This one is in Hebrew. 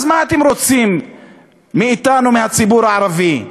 אז מה אתם רוצים מאתנו, מהציבור הערבי,